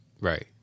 Right